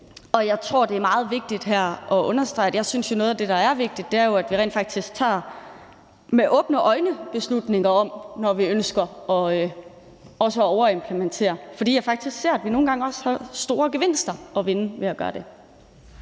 Jeg tror, det er meget vigtigt her at understrege, at jeg synes, at noget af det, der er vigtigt, er, at vi rent faktisk med åbne øjne tager beslutninger om det, når vi ønsker også at overimplementere, fordi jeg faktisk ser, at vi nogle gange også har store gevinster at vinde ved at gøre det.